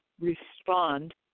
respond